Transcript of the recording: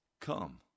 Come